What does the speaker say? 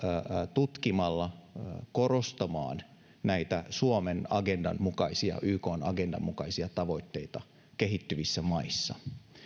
tutkimalla korostamaan näitä suomen agendan mukaisia ja ykn agendan mukaisia tavoitteita kehittyvissä maissa